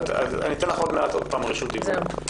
אתן לך עוד מעט שוב רשות דיבור.